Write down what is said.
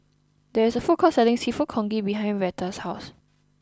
there is a food court selling Seafood Congee behind Rheta's house